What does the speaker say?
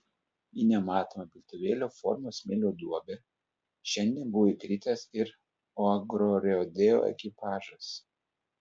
į nematomą piltuvėlio formos smėlio duobę šiandien buvo įkritęs ir agrorodeo ekipažas